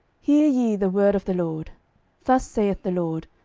hear ye the word of the lord thus saith the lord,